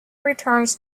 returns